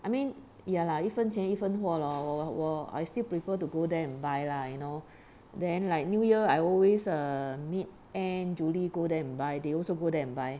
I mean ya lah 一分钱一分货 lor 我我我 I still prefer to go there and buy lah you know then like new year I always err meet ann julie go there and buy they also go there and buy